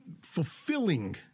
fulfilling